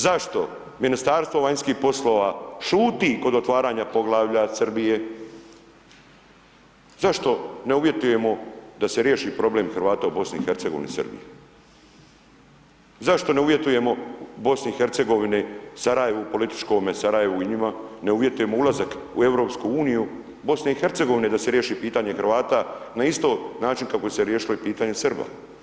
Zašto Ministarstvo vanjskih poslova šuti kod otvaranja poglavlja Srbije, zašto ne uvjetujemo da se riješi problem Hrvata u BiH i Srbiji, zašto ne uvjetujemo BiH, Sarajevu poličkome, Sarajevu i njima ne uvjetujemo ulazak u EU, BiH da se riješi pitanje Hrvata na isti način kako se je riješilo i pitanje Srba.